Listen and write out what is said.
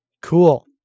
Cool